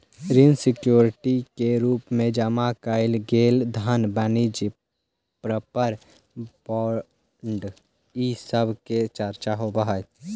ऋण सिक्योरिटी के रूप में जमा कैइल गेल धन वाणिज्यिक प्रपत्र बॉन्ड इ सब के चर्चा होवऽ हई